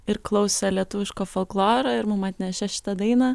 ir klausė lietuviško folkloro ir mum atnešė šitą dainą